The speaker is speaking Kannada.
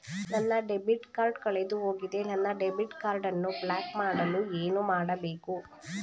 ನನ್ನ ಡೆಬಿಟ್ ಕಾರ್ಡ್ ಕಳೆದುಹೋಗಿದೆ ನನ್ನ ಡೆಬಿಟ್ ಕಾರ್ಡ್ ಅನ್ನು ಬ್ಲಾಕ್ ಮಾಡಲು ಏನು ಮಾಡಬೇಕು?